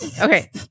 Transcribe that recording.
okay